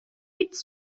its